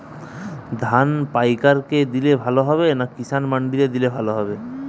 ধান পাইকার কে দিলে ভালো হবে না কিষান মন্ডিতে দিলে ভালো হবে?